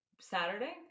Saturday